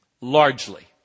largely